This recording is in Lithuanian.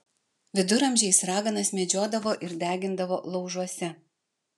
viduramžiais raganas medžiodavo ir degindavo laužuose